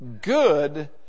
good